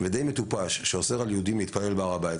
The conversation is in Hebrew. והמטופש שאוסר על יהודים להתפלל להר הבית.